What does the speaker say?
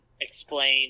explain